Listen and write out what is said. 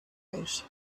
out